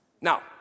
Now